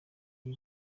iyi